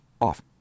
Off